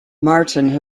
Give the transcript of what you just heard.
martin